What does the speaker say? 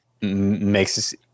makes